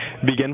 begin